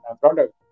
product